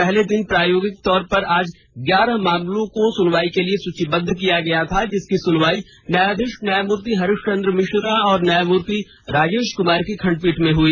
पहले दिन प्रायोगित तौर पर आज ग्यारह मामलों को सुनवाई के लिए सूचीबद्ध किया गया था जिसकी सुनवाई न्यायाधीश न्यायमूर्ति हरीश चंद्र मिश्रा और न्यायमूर्ति राजेश कुमार की खंडपीठ में हुई